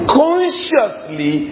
consciously